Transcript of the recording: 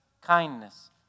kindness